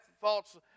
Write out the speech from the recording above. thoughts